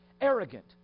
arrogant